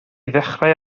ddechrau